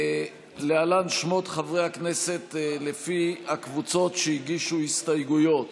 להלן שמות חברי הכנסת לפי הקבוצות שהגישו הסתייגות: